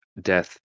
death